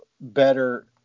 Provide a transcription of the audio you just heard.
better